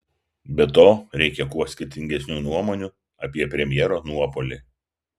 be to reikią kuo skirtingesnių nuomonių apie premjero nuopuolį